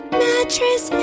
mattress